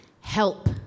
Help